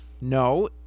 No